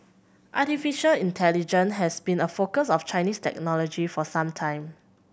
artificial intelligence has been a focus of Chinese technologist for some time